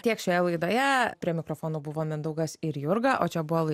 tiek šioje laidoje prie mikrofono buvo mindaugas ir jurga o čia bonoje